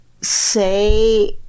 say